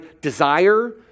desire